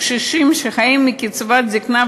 קשישים שחיים מקצבת זיקנה,